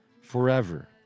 forever